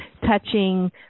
touching